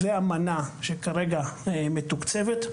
זה המנה שכרגע מתוקצבת.